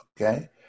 Okay